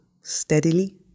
steadily